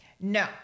No